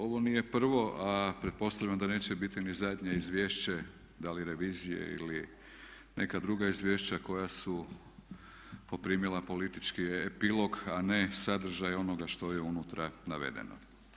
Ovo nije prvo a pretpostavljam da neće biti ni zadnje izvješće da li revizije ili neka druga izvješća koja su poprimila politički epilog a ne sadržaj onoga što je unutra navedeno.